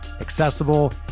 accessible